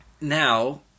Now